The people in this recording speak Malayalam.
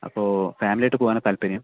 അപ്പോൾ ഫാമിലിയായിട്ട് പോകാനാണോ താല്പര്യം